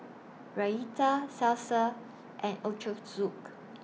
Raita Salsa and Ochazuke